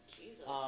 Jesus